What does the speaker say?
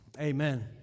Amen